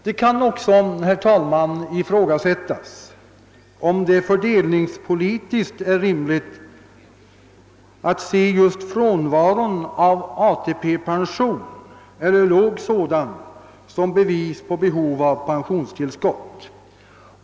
Det kan också, herr talman, ifrågasättas om det fördelningspolitiskt är rimligt att se just frånvaron av ATP-pension eller låg sådan som bevis på behov av pensionstillskott.